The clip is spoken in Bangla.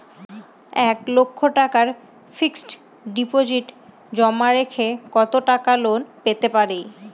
এক লক্ষ টাকার ফিক্সড ডিপোজিট জমা রেখে কত টাকা লোন পেতে পারি?